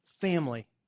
family